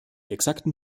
exakten